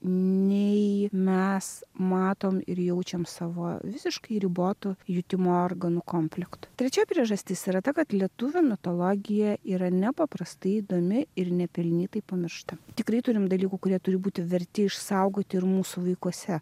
nei mes matom ir jaučiam savo visiškai ribotu jutimo organų komplektu trečia priežastis yra ta kad lietuvių mitologija yra nepaprastai įdomi ir nepelnytai pamiršta tikrai turim dalykų kurie turi būti verti išsaugoti ir mūsų laikuose